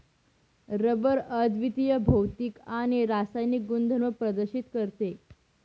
rubber अद्वितीय भौतिक आणि रासायनिक गुणधर्म प्रदर्शित करते